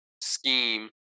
scheme